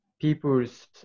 people's